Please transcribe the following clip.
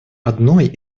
одной